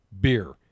beer